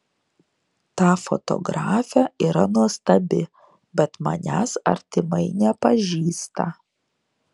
ta fotografė yra nuostabi bet manęs artimai nepažįsta